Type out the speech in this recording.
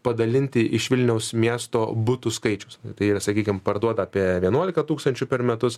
padalinti iš vilniaus miesto butų skaičius tai yra sakykim parduoda apie vienuoliką tūkstančių per metus